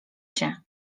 się